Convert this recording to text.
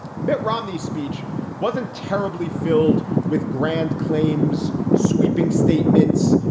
mitt romney's speech wasn't terribly filled with grand claims, sweeping statements,